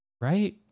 Right